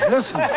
Listen